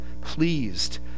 pleased